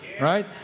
right